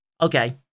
Okay